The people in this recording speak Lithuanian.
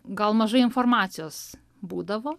gal mažai informacijos būdavo